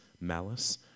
malice